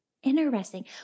Interesting